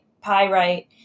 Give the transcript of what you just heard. pyrite